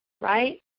right